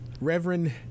Reverend